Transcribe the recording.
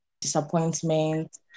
disappointment